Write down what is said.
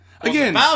Again